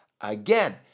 Again